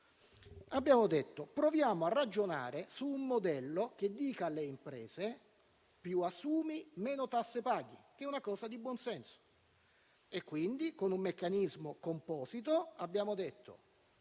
Abbiamo proposto di ragionare su un modello che dica alle imprese: più assumi, meno tasse paghi. È una cosa di buon senso.